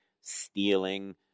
stealing